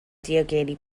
diogelu